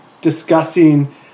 discussing